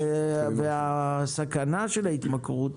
הסכנה בהתמכרות